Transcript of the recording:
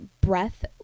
breath